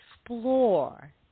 explore